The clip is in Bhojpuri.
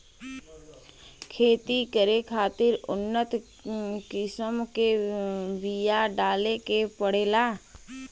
खेती करे खातिर उन्नत किसम के बिया डाले के पड़ेला